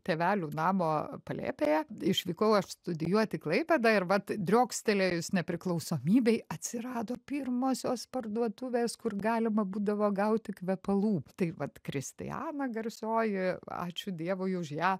tėvelių namo palėpėje išvykau aš studijuot į klaipėdą ir vat driokstelėjus nepriklausomybei atsirado pirmosios parduotuvės kur galima būdavo gauti kvepalų tai vat kristiana garsioji ačiū dievui už ją